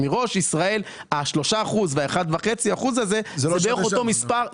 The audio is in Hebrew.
מראש ה-3% וה-1.5% זה בערך אותו מספר.